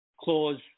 Clause